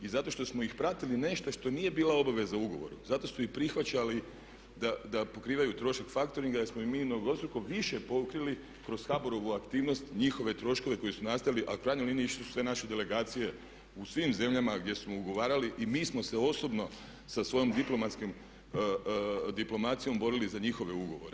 I zato što smo ih pratili nešto što nije bila obaveza u ugovoru zato su i prihvaćali da pokrivaju trošak faktoringa jer smo ih mi mnogostruko više pokrili kroz HBOR-ovu aktivnost njihove troškove koji su nastali a u krajnjoj liniji išle su sve naše delegacije u svim zemljama gdje smo ugovarali i mi smo se osobno sa svojom diplomacijom borili za njihove ugovore.